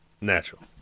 natural